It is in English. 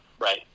right